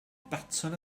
baton